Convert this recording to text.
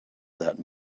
that